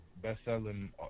best-selling